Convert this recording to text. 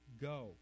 Go